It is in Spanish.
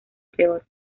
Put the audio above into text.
peor